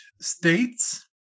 states